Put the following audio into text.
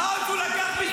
אז הוא לקח.